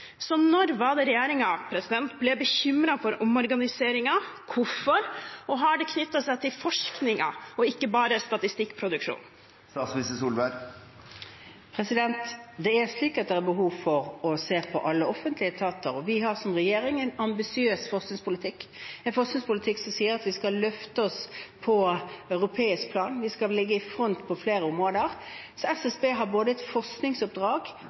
Så når var det regjeringen ble bekymret for omorganiseringen? Hvorfor? Og har det knyttet seg til forskningen, og ikke bare til statistikkproduksjonen? Det er slik at det er behov for å se på alle offentlige etater. Vi har som regjering en ambisiøs forskningspolitikk, en forskningspolitikk som sier at vi skal løfte oss til europeisk plan, og at vi skal ligge i front på flere områder. SSB har både et forskningsoppdrag